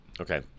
Okay